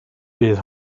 bydd